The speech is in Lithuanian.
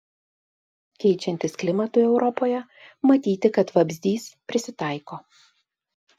keičiantis klimatui europoje matyti kad vabzdys prisitaiko